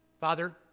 Father